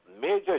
Major